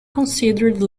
considered